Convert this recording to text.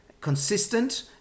consistent